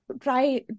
try